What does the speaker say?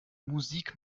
musik